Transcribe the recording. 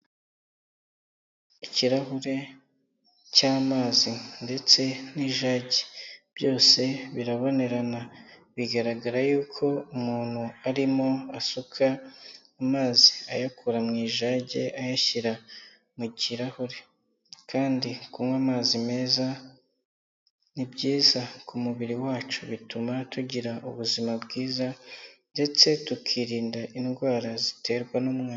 Ikirahure cy'amazi ndetse n'ijagi byose birabonerana, bigaragara yuko umuntu arimo asuka amazi ayakura mu ijage, ayashyira mu kirahure. Kandi kunywa amazi meza, ni byiza ku mubiri wacu bituma tugira ubuzima bwiza, ndetse tukirinda indwara ziterwa n'umwanda.